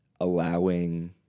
allowing